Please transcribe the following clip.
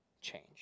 change